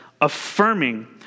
affirming